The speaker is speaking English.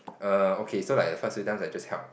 err okay so like a first few time I just help